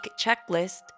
checklist